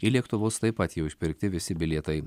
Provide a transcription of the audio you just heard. į lėktuvus taip pat jau išpirkti visi bilietai